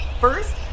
first